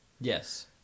Yes